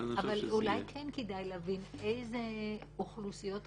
אבל אולי כן כדאי להבין איזה אוכלוסיות אחרות,